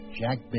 Jack